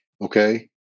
Okay